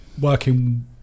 working